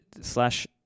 slash